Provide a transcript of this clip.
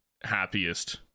happiest